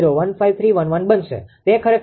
0015311 બનશે તે ખરેખર 0